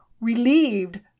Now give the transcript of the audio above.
relieved